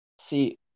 See